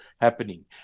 happening